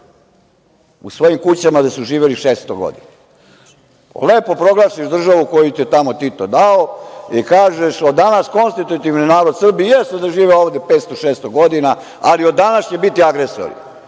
u svojim kućama gde su živeli 600 godina. Lepo proglasiš državu koju ti je tamo Tito dao i kažeš – od danas konstitutivni narod Srbe, jeste da žive ovde 500-600 godina, ali od danas će biti agresori